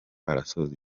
arasoza